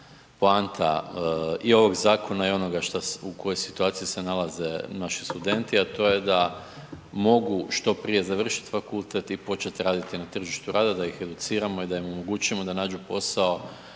poanta i ovog zakona i onoga u kojoj situaciji se nalaze naši studenti, a to je da mogu što prije završiti fakultet i početi raditi na tržištu rada, da ih educiramo i da im omogućimo da nađu posao